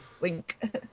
Wink